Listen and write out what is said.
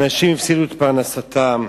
אנשים הפסידו את פרנסתם,